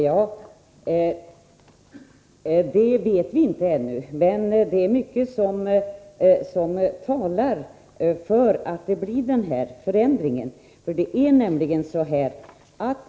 Herr talman! Vi vet det inte ännu, men det är mycket som talar för att den här förändringen kommer till stånd.